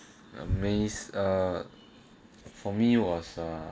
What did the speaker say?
amaze ah for me was ah